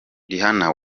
rihanna